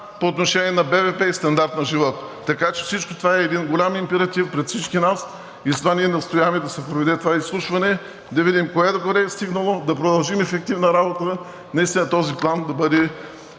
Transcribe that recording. по отношение на БВП и стандарт на живот. Така че всичко това е един голям императив пред всички нас и затова ние настояваме да се проведе това изслушване, да видим кое докъде е стигнало, да продължим ефективна работа, наистина този план да